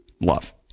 love